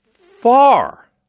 far